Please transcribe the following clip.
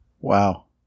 Wow